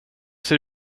ser